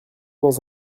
dans